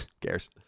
Cares